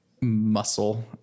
muscle